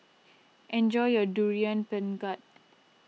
enjoy your Durian Pengat